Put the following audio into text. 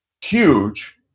huge